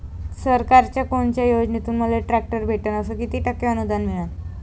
सरकारच्या कोनत्या योजनेतून मले ट्रॅक्टर भेटन अस किती टक्के अनुदान मिळन?